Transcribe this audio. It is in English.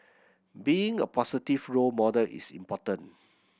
being a positive role model is important